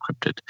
encrypted